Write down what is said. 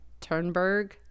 Turnberg